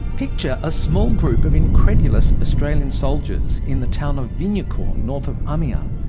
picture a small group of incredulous australian soldiers in the town of vignacourt, north of amiens,